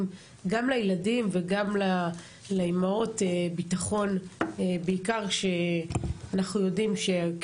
גם לילדים וגם לאימהות בטחון בעיקר כשאנחנו יודעים,